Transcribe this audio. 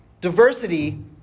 diversity